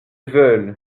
veulent